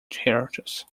characters